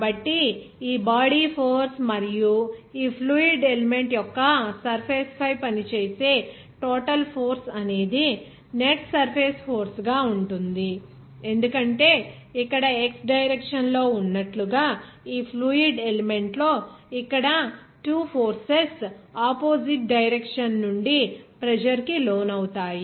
కాబట్టి ఈ body force మరియు ఈ ఫ్లూయిడ్ ఎలిమెంట్ యొక్క సర్ఫేస్ పై పనిచేసే టోటల్ ఫోర్స్ అనేది నెట్ సర్ఫేస్ ఫోర్స్ గా ఉంటుంది ఎందుకంటే ఇక్కడ x డైరెక్షన్ లో ఉన్నట్లుగా ఈ ఫ్లూయిడ్ ఎలిమెంట్ లో ఇక్కడ 2 ఫోర్సెస్ ఆపోజిట్ డైరెక్షన్ నుండి ప్రెజర్ కి లోనవుతాయి